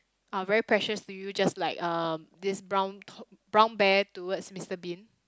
uh very precious to you just like um this brown toy brown bear towards Mister Bean